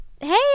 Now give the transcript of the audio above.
hey